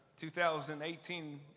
2018